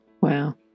Wow